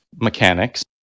mechanics